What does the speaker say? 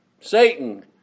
Satan